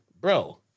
bro